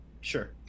sure